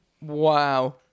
Wow